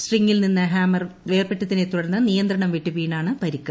സ്ട്രിങ്ങിൽ നിന്ന് ഹാമർ വേർപെട്ടതിനെ തുടർന്ന് നിയന്ത്രണം വിട്ട് വീണാണ് പരിക്ക്